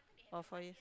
or four years